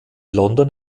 london